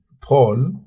Paul